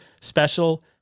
special